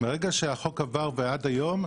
מהרגע שהחוק עבר ועד היום,